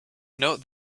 note